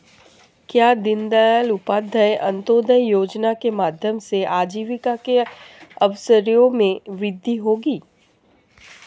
क्या दीन दयाल उपाध्याय अंत्योदय योजना के माध्यम से आजीविका के अवसरों में वृद्धि होगी?